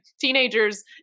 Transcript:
teenagers